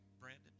Brandon